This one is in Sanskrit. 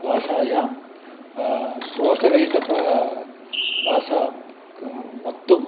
भाषायां दोषरहित प्र भाषां क वक्तुं